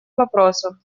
вопросов